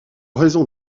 raison